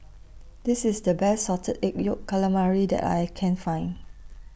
This IS The Best Salted Egg Yolk Calamari that I Can Find